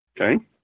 Okay